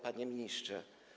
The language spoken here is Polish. Panie Ministrze!